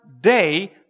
day